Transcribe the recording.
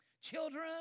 Children